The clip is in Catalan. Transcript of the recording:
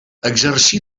exercí